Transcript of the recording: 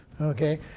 Okay